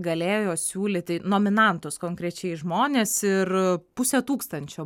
galėjo siūlyti nominantus konkrečiai žmonės ir pusė tūkstančio